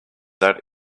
that